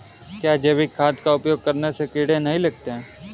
क्या जैविक खाद का उपयोग करने से कीड़े नहीं लगते हैं?